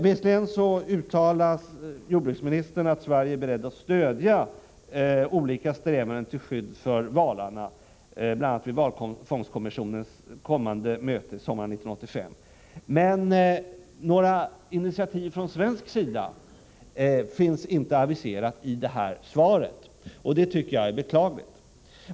Visserligen uttalar jordbruksministern att Sverige är berett att stödja olika strävanden till skydd för valarna, bl.a. vid valfångstkommissionens kommande möte sommaren 1985, men några initiativ från svensk sida finns inte aviserade i jordbruksministerns svar. Det tycker jag är beklagligt.